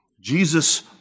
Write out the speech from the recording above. Jesus